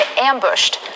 ambushed